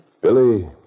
Billy